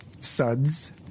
suds